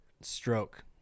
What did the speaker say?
stroke